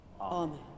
Amen